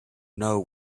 know